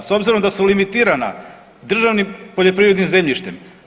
S obzirom da su limitirana državnim poljoprivrednim zemljištem.